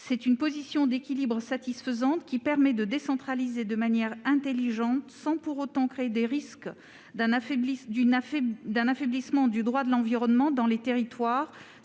d'une position d'équilibre satisfaisante, qui permet de décentraliser de manière intelligente sans pour autant créer des risques d'affaiblissement du droit de l'environnement dans les territoires,